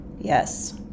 Yes